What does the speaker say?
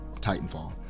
Titanfall